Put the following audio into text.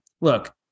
look